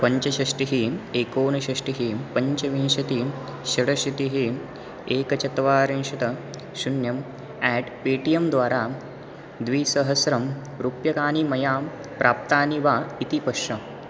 पञ्चषष्ठिः एकोनषष्ठिः पञ्चविंशतिः षडशीतिः एकचत्वारिंशत् शून्यम् एट् पे टी एम् द्वारा द्विसहस्रं रूप्यकाणि मया प्राप्तानि वा इति पश्य